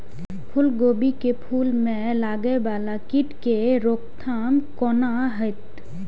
फुल गोभी के फुल में लागे वाला कीट के रोकथाम कौना हैत?